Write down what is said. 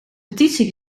petitie